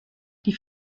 die